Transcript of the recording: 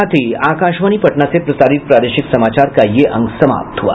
इसके साथ ही आकाशवाणी पटना से प्रसारित प्रादेशिक समाचार का ये अंक समाप्त हुआ